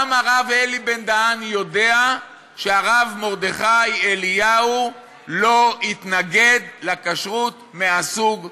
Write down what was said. גם הרב אלי בן-דהן יודע שהרב מרדכי אליהו לא התנגד לכשרות מהסוג הזה.